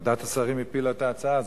ועדת השרים הפילה את ההצעה הזאת,